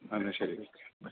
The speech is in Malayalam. എന്നാൽ ശരി ഓക്കെ ബൈ